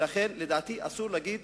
לכן, אסור להגיד,